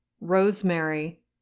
Rosemary